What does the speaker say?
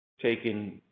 taking